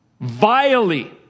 vilely